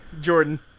Jordan